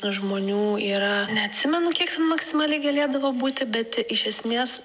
žmonių yra neatsimenu kiek ten maksimaliai galėdavo būti bet iš esmės